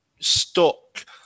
stuck